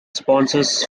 sponsors